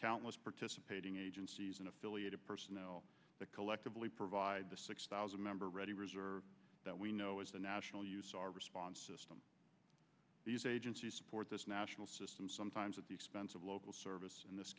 countless participating agencies and affiliated personnel that collectively provide the six thousand member ready reserve that we know is a national use our response these agencies support this national system sometimes at the expense of local services and this